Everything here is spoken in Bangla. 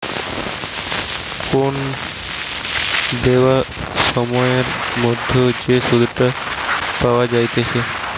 কোন দেওয়া সময়ের মধ্যে যে সুধটা পাওয়া যাইতেছে